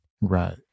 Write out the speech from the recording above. Right